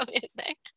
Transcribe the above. music